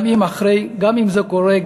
גם אם זה קורה,